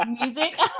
music